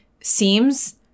seems